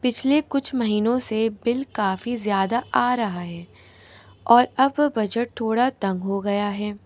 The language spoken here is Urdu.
پچھلے کچھ مہینوں سے بل کافی زیادہ آ رہا ہے اور اب بجٹ تھوڑا تنگ ہو گیا ہے